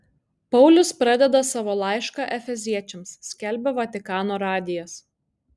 paulius pradeda savo laišką efeziečiams skelbia vatikano radijas